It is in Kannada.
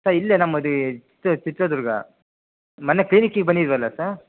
ಸರ್ ಇಲ್ಲೇ ನಮ್ಮದು ಚಿತ್ರದುರ್ಗ ಮೊನ್ನೆ ಕ್ಲಿನಿಕಿಗೆ ಬಂದಿದ್ವಲ್ಲ ಸರ್